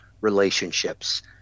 relationships